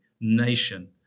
nation